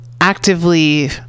actively